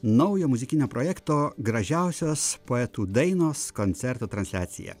naujo muzikinio projekto gražiausios poetų dainos koncerto transliaciją